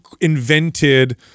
invented